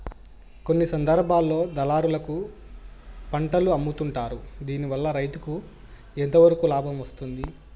కొన్ని సందర్భాల్లో దళారులకు పంటలు అమ్ముతుంటారు దీనివల్ల రైతుకు ఎంతవరకు లాభం వస్తుంది?